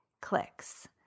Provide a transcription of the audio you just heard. clicks